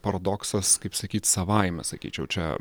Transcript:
paradoksas kaip sakyt savaime sakyčiau čia